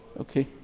okay